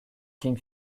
king